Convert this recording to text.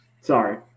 Sorry